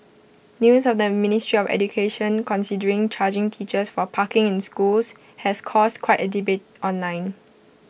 news of the ministry of education considering charging teachers for parking in schools has caused quite A debate online